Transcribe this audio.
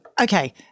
okay